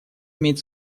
имеет